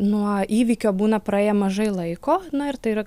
nuo įvykio būna praėję mažai laiko na ir tai yra